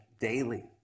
daily